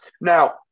Now